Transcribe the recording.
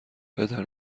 پدر